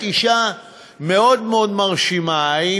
אישה מאוד מאוד מרשימה,